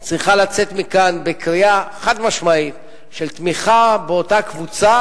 צריכה לצאת מכאן בקריאה חד-משמעית של תמיכה באותה קבוצה,